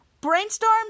brainstorm